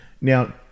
now